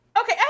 Okay